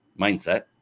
mindset